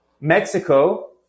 Mexico